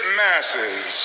masses